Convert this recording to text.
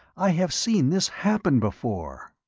i have seen this happen before.